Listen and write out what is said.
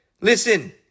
Listen